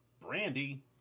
brandy